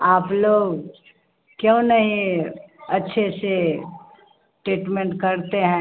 आप लोग क्यों नहीं अच्छे से टीटमेंट करते हैं